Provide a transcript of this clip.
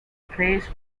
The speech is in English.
praise